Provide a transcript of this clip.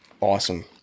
awesome